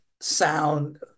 sound